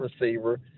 receiver